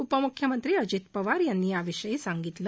उपमुख्यमंत्री अजित पवार यांनी याविषयी सांगितलं